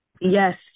Yes